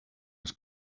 was